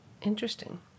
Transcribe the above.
Interesting